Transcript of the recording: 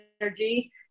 energy